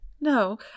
No